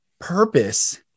purpose